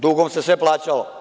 Dugom se sve plaćalo.